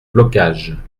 blocage